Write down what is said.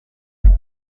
inzu